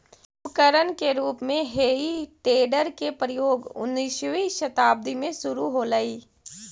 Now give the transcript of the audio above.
उपकरण के रूप में हेइ टेडर के प्रयोग उन्नीसवीं शताब्दी में शुरू होलइ